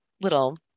little